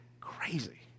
crazy